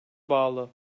bağlı